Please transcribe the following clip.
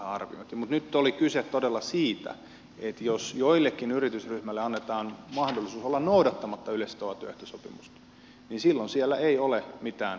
mutta nyt oli kyse todella siitä että jos jollekin yritysryhmälle annetaan mahdollisuus olla noudattamatta yleissitovaa työehtosopimusta niin silloin siellä ei ole mitään alinta palkkaa